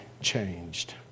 changed